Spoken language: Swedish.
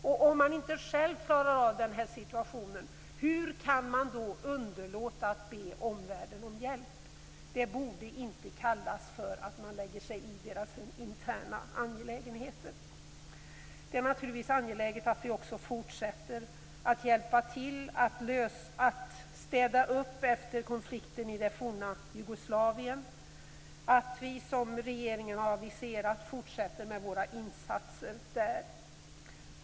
Och om man inte själv klarar av situationen, hur kan man då underlåta att be omvärlden om hjälp? Den hjälpen borde inte kallas för att lägga sig i landets interna angelägenheter. Det är naturligtvis angeläget att vi fortsätter hjälpa till att städa upp efter konflikten i den forna Jugoslavien och att vi, som regeringen har aviserat, fortsätter med våra insatser där.